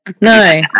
No